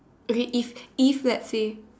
okay if if let's say